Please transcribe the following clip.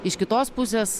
iš kitos pusės